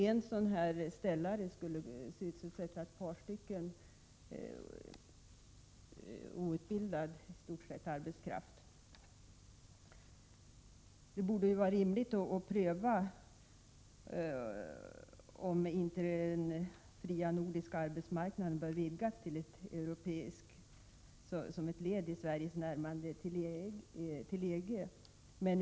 En ställare skulle skapa sysselsättning åt ytterligare ett par i stort sett outbildade personer. Det borde ju vara rimligt att pröva om inte den fria nordiska arbetsmarknaden bör vidgas till en europeisk, som ett led i Sveriges närmande till EG.